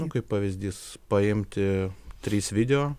nu kaip pavyzdys paimti trys video